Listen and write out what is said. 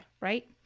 Right